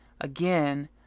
again